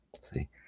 see